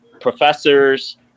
professors